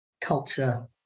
culture